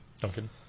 Duncan